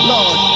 Lord